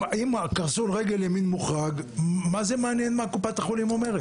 אם קרסול רגל ימין מוחרג מה זה מעניין מה קופת החולים אומרת?